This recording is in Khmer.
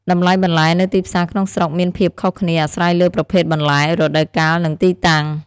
តម្លៃបន្លែនៅទីផ្សារក្នុងស្រុកមានភាពខុសគ្នាអាស្រ័យលើប្រភេទបន្លែ រដូវកាល និងទីតាំង។